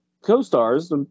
co-stars